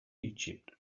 egypt